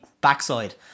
backside